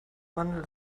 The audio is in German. mandeln